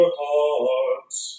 hearts